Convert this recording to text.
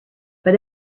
but